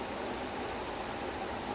ya then